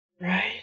right